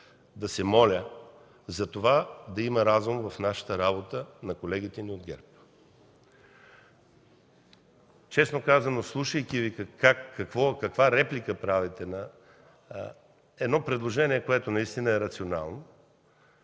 да се моля за това да има разум в нашата работа на колегите ни от ГЕРБ. Честно казано, слушайки Ви каква реплика правите на едно предложение, което наистина е рационално,